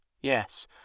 Yes